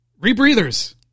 rebreathers